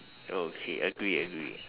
okay agree agree